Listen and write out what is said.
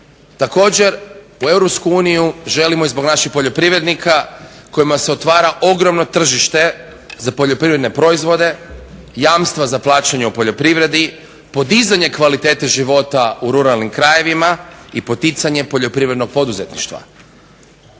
Europsku uniju želimo i zbog naših poljoprivrednika kojima se otvara ogromno tržište za poljoprivredne proizvode, jamstva za plaćanje u poljoprivredi, podizanje kvalitete života u ruralnim krajevima i poticanje poljoprivrednog poduzetništva.